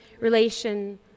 relation